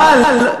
אז למה לא עשיתם?